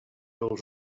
als